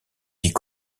dit